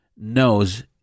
knows